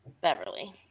Beverly